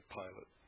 pilot